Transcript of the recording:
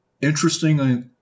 interestingly